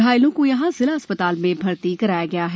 घायलों को यहां जिला अस्पताल में भर्ती कराया गया है